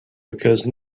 because